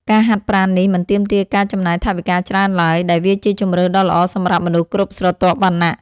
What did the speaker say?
ការហាត់ប្រាណនេះមិនទាមទារការចំណាយថវិកាច្រើនឡើយ ដែលវាជាជម្រើសដ៏ល្អសម្រាប់មនុស្សគ្រប់ស្រទាប់វណ្ណៈ។